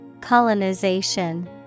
Colonization